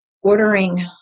ordering